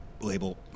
label